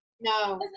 No